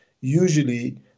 usually